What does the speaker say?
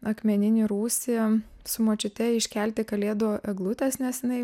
akmeninį rūsį su močiute iškelti kalėdų eglutės nes jinai